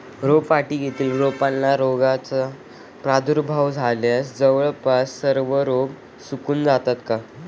रोपवाटिकेतील रोपांना रोगाचा प्रादुर्भाव झाल्यास जवळपास सर्व रोपे सुकून जातात का?